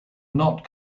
not